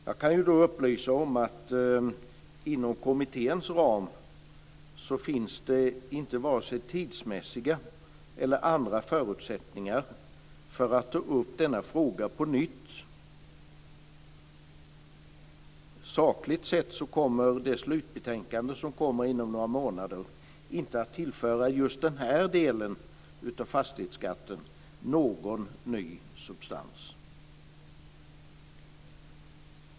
Jag kan då upplysa om att det inom kommitténs ram varken finns tidsmässiga eller andra förutsättningar att ta upp denna fråga på nytt. Sakligt sett kommer det slutbetänkande som läggs fram inom några månader inte att tillföra just denna del av fastighetsskatten någon ny substans.